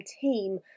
team